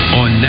on